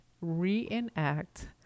reenact